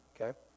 Okay